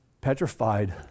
petrified